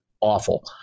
awful